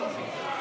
למיפוי ישראל,